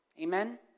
Amen